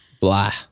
Blah